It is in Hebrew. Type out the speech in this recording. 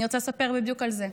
אני רוצה לספר בדיוק על זה.